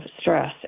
stress